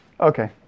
Okay